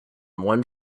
one